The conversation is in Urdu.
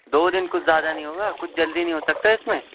دو دن کچھ زیادہ نہیں ہوگا کچھ جلدی نہیں ہو سکتا اس میں